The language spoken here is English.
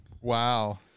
wow